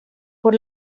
por